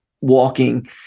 walking